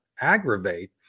aggravate